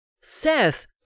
Seth